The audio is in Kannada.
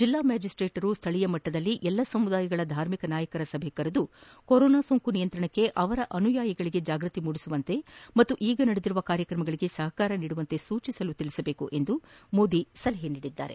ಜಿಲ್ಲಾ ಮ್ಯಾಜಿಸ್ಟೇಟರು ಶ್ರೀಯ ಮಟ್ಟದಲ್ಲಿ ಎಲ್ಲ ಸಮುದಾಯಗಳ ಧಾರ್ಮಿಕ ನಾಯಕರ ಸಭೆ ಕರೆದು ಕೊರೋನಾ ಸೋಂಕು ನಿಯಂತ್ರಣಕ್ಕೆ ಆವರ ಅನುಯಾಯಿಗಳಿಗೆ ಜಾಗೃತಿ ಮೂಡಿಸುವಂಕೆ ಮತ್ತು ಈಗ ನಡೆದಿರುವ ಕಾರ್ಯಕ್ರಮಗಳಿಗೆ ಸಪಕಾರ ನೀಡುವಂತೆ ಸೂಚಿಸಲು ತಿಳಿಸಬೇಕು ಎಂದು ಮೋದಿ ಸಲಹೆ ನೀಡಿದರು